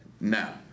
Now